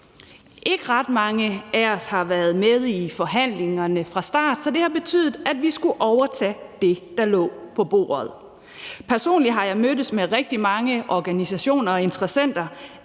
Ikke ret mange af os har været med i forhandlingerne fra start, så det har betydet, at vi skulle overtage det, der lå på bordet. Personligt har jeg mødtes med rigtig mange organisationer og interessenter,